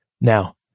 now